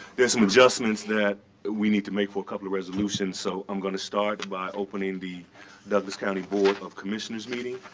there are some adjustments that we need to make for a couple of resolutions. so i'm going to start by opening the douglas county board of commissioners meeting.